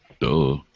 duh